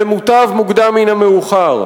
ומוטב מוקדם מן המאוחר.